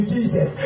Jesus